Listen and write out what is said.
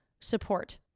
support